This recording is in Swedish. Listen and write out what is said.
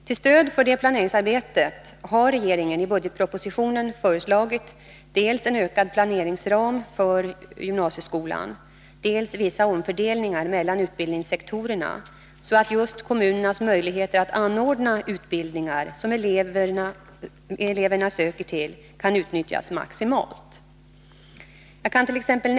Till stöd för det planeringsarbetet har regeringen i budgetpropositionen föreslagit dels en ökad planeringsram för gymnasieskolan, dels vissa omfördelningar mellan utbildningssektorerna så att just kommunernas möjligheter att anordna utbildningar som eleverna söker till kan utnyttjas maximalt. Jag kant.ex.